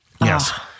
Yes